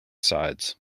sides